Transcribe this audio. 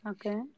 Okay